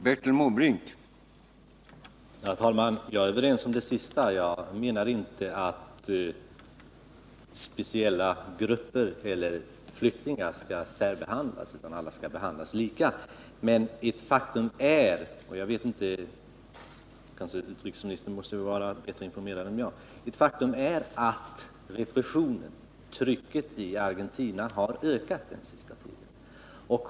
Herr talman! Jag instämmer i det som senast sades. Jag menar inte att speciella grupper av flyktingar skall särbehandlas utan att alla skall behandlas lika. Kanske är utrikesministern bättre informerad än jag, men såvitt jag vet är det ett faktum att repressionen i Argentina har ökat den senaste tiden.